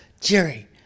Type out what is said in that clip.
Jerry